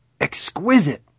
exquisite